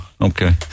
okay